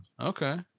okay